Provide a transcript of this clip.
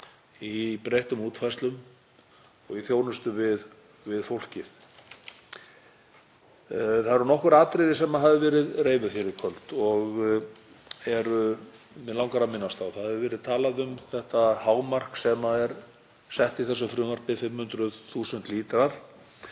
í breyttum útfærslum og í þjónustu við fólkið. Það eru nokkur atriði sem hafa verið reifuð hér í kvöld og mig langar að minnast á. Það hefur verið talað um þetta hámark sem er sett í þessu frumvarpi, 500.000 lítrar